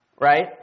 Right